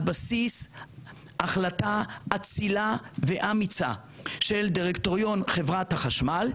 בסיס החלטה אצילה ואמיצה של דירקטוריון חברת החשמל,